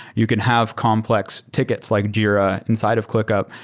you can have complex tickets like jira inside of clickup.